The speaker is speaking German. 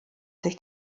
sich